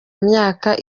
myaka